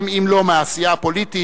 גם אם לא מהעשייה הפוליטית,